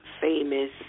famous